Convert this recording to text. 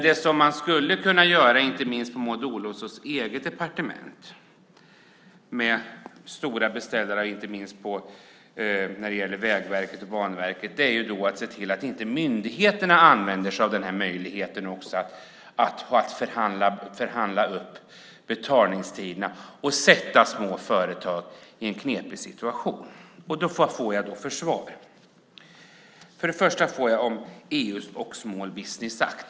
Det man skulle kunna göra, inte minst på Maud Olofssons eget departement med stora beställare på Vägverket och Banverket, är att se till att inte myndigheterna använder sig av möjligheten att förhandla upp betalningstiderna och sätta små företag i en knepig situation. Vad får jag för svar? För det första får jag ett svar om EU och Small Business Act.